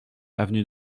avenue